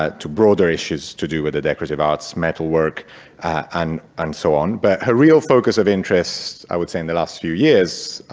ah to broader issues to do with the decorative arts, metal work and um so on. but her real focus of interest, i would say in the last few years,